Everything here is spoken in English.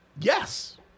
Yes